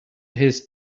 his